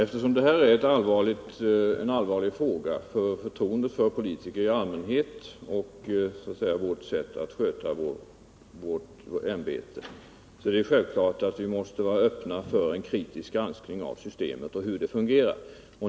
Herr talman! Eftersom detta är en allvarlig fråga för förtroendet för politiker och vårt sätt att sköta vårt ämbete måste vi naturligtvis vara öppna för en kritisk granskning av hur systemet fungerar.